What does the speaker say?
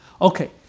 Okay